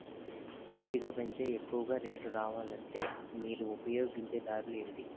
మంచిగా పెంచే ఎక్కువగా రేటు రావాలంటే మీరు ఉపయోగించే దారులు ఎమిమీ?